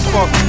Fuck